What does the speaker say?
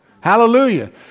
Hallelujah